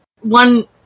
one